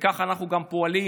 וכך אנחנו גם פועלים,